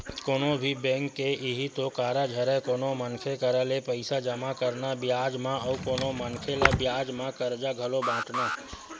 कोनो भी बेंक के इहीं तो कारज हरय कोनो मनखे करा ले पइसा जमा करना बियाज म अउ कोनो मनखे ल बियाज म करजा घलो बाटना